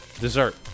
dessert